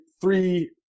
three